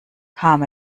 kam